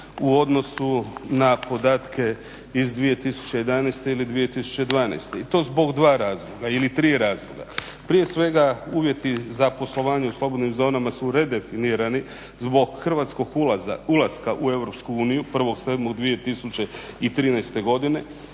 u odnosu na podatke iz 2011. ili 2012. i to zbog dva ili tri razloga. Prije svega, uvjeti za poslovanje u slobodnim zonama su redefinirani zbog hrvatskog ulaska u Europsku uniju 1.7.2013. godine.